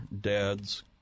Dads